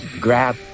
Grab